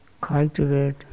cultivate